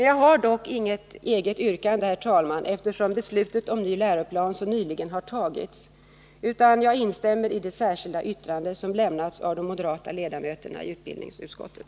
Jag har dock inget eget yrkande, herr talman, eftersom beslutet om ny läroplan så nyligen har fattats, utan jag instämmer i det särskilda yttrande som lämnats av de moderata ledamöterna i utbildningsutskottet.